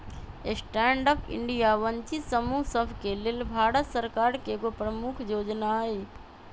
stand up India वंचित समूह सभके लेल भारत सरकार के एगो प्रमुख जोजना हइ